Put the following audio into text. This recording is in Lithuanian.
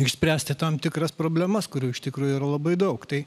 išspręsti tam tikras problemas kurių iš tikrųjų yra labai daug tai